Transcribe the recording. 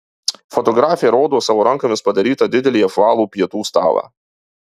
fotografė rodo savo rankomis padarytą didelį apvalų pietų stalą